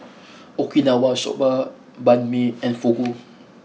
Okinawa Soba Banh Mi and Fugu